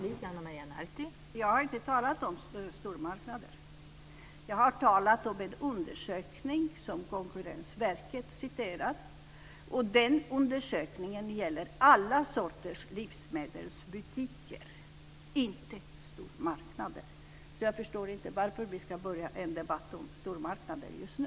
Fru talman! Jag har inte talat om stormarknader. Jag har talat om en undersökning som Konkurrensverket citerar. Den undersökningen gäller alla sorters livsmedelsbutiker, inte stormarknader. Jag förstår inte varför vi ska börja en debatt om stormarknader just nu.